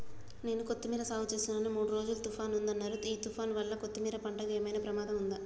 నేను కొత్తిమీర సాగుచేస్తున్న మూడు రోజులు తుఫాన్ ఉందన్నరు ఈ తుఫాన్ వల్ల కొత్తిమీర పంటకు ఏమైనా ప్రమాదం ఉందా?